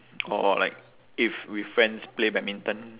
or like if with friends play badminton